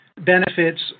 benefits